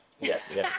Yes